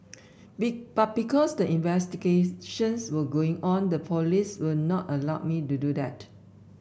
be but because the investigations were going on the police will not allow me to do that